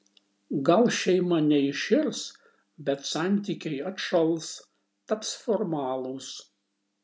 gal šeima neiširs bet santykiai atšals taps formalūs